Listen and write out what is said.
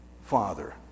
father